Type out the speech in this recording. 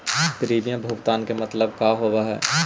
Premium भुगतान मतलब का होव हइ?